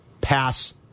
pass